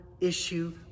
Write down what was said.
issue